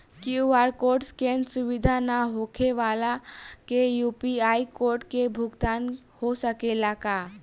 QR code scan सुविधा ना होखे वाला के यू.पी.आई कोड से भुगतान हो सकेला का?